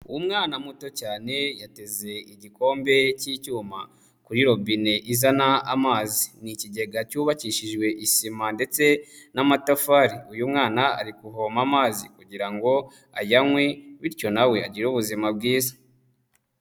Umwana muto cyane yateze igikombe k'icyuma kuri robine izana amazi, ni ikigega cyubakishijwe isima ndetse n'amatafari, uyu mwana ari kuvoma amazi kugira ngo ayanywe bityo na we agire ubuzima bwiza.